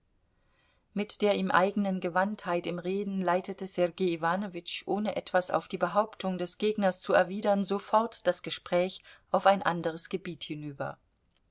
mit der ihm eigenen gewandtheit im reden leitete sergei iwanowitsch ohne etwas auf die behauptung des gegners zu erwidern sofort das gespräch auf ein anderes gebiet hinüber